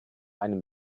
einem